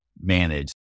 manage